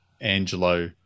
Angelo